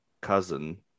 cousin